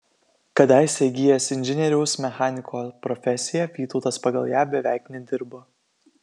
kadaise įgijęs inžinieriaus mechaniko profesiją vytautas pagal ją beveik nedirbo